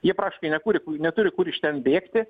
jie praktiškai nekuri neturi kur iš ten bėgti